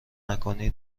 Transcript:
نکنی